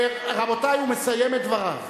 רבותי, הוא מסיים את דבריו.